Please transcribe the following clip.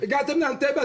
הגעתם לאנטבה,